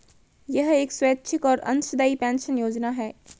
यह एक स्वैच्छिक और अंशदायी पेंशन योजना है